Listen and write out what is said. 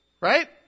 Right